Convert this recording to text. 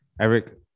Eric